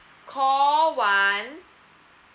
call one